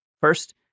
First